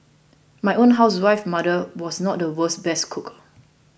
my own housewife mother was not the world's best cooker